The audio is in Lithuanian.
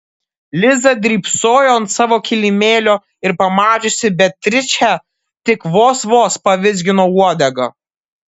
liza drybsojo ant savo kilimėlio ir pamačiusi beatričę tik vos vos pavizgino uodegą